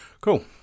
Cool